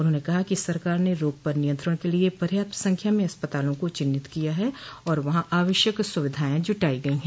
उन्होंने कहा कि सरकार ने रोग पर नियंत्रण के लिए पर्याप्त संख्या में अस्पतालों को चिन्हित किया है और वहां आवश्यक सुविधाये जुटायी गयी हैं